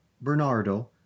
Bernardo